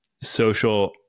social